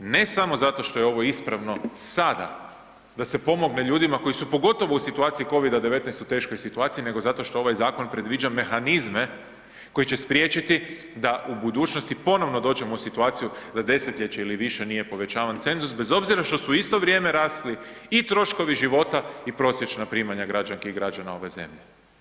Ne samo zato što je ovo ispravno sada da se pomogne ljudima koji su pogotovo u situaciji COVID-a 19 u teškoj situaciji nego zato što ovaj zakon predviđa mehanizme koji će spriječiti da u budućnosti ponovno dođemo u situaciju da desetljeće ili više nije povećavan cenzus bez obzira što su u isto vrijeme rasli i troškovi života i prosječna primanja građanski i građana ove zemlje.